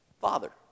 Father